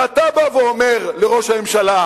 ואתה בא ואומר לראש הממשלה,